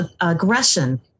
aggression